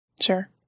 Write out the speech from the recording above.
Sure